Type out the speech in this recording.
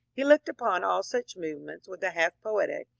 he looked upon all such movements with a half poetic,